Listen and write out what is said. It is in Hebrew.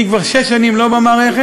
אני כבר שש שנים לא במערכת,